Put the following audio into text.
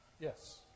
Yes